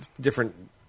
different